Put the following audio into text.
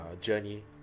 journey